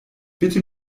bitte